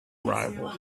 arrival